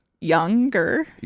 Younger